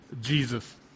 Jesus